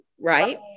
right